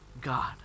God